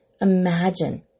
Imagine